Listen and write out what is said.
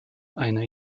eine